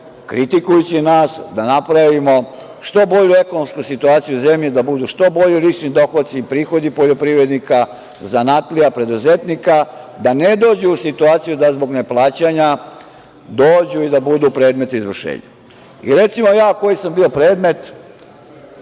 kritikujući nas, da napravimo što bolju ekonomsku situaciju u zemlji, da budu što bolji lični dohoci, prihodi poljoprivrednika, zanatlija, preduzetnika, da ne dođu u situaciju da zbog nekog neplaćanja dođu i da budu predmet izvršenja. Recimo, ja koji sam bio predmet,